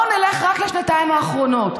בואו נלך רק לשנתיים האחרונות.